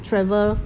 travel